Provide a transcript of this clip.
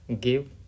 give